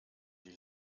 die